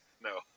No